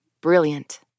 Brilliant